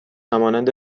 همانند